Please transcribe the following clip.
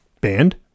Band